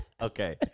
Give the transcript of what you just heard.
Okay